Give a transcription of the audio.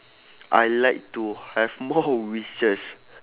I like to have more wishes